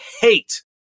hate